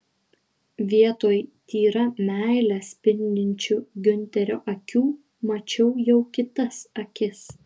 vietoj tyra meile spindinčių giunterio akių mačiau jau kitas akis